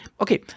okay